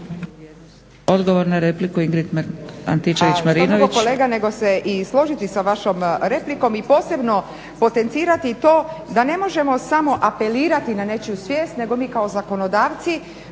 Odgovor na repliku Ingrid Antičević-Marinović.